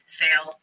fail